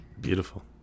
Beautiful